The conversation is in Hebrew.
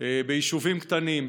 ביישובים קטנים,